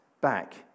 back